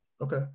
Okay